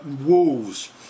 Wolves